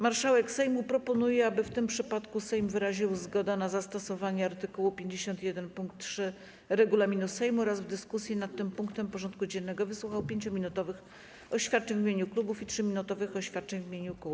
Marszałek Sejmu proponuje, aby w tym przypadku Sejm wyraził zgodę na zastosowanie art. 51 pkt 3 regulaminu Sejmu oraz w dyskusji nad tym punktem porządku dziennego wysłuchał 5-minutowych oświadczeń w imieniu klubów i 3-minutowych oświadczeń w imieniu kół.